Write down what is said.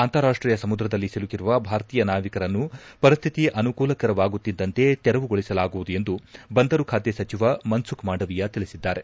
ಅಂತಾರಾಷ್ಟೀಯ ಸಮುದ್ರದಲ್ಲಿ ಸಿಲುಕಿರುವ ಭಾರತೀಯ ನಾವಿಕರನ್ನು ಪರಿಸ್ತಿತಿ ಅನುಕೂಲಕರವಾಗುತ್ತಿದಂತೆ ತೆರವುಗೊಳಿಸಲಾಗುವುದು ಎಂದು ಬಂದರು ಖಾತೆ ಸಚಿವ ಮನ್ಸುಖ್ ಮಾಂಡವೀಯ ತಿಳಿಸಿದ್ದಾರೆ